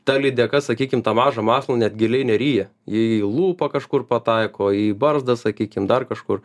ta lydeka sakykim tą mažą masalą net giliai neryja ji į lūpą kažkur pataiko į barzdą sakykim dar kažkur